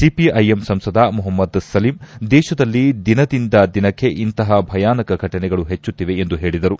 CPIM ಸಂಸದ ಮೊಹಮ್ನದ್ ಸಲೀಂ ದೇಶದಲ್ಲಿ ದಿನದಿಂದ ದಿನಕ್ಕೆ ಇಂತಹ ಭಯಾನಕ ಘಟನೆಗಳು ಹೆಚ್ಚುತ್ತಿವೆ ಎಂದು ಹೇಳಿದರು